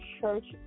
church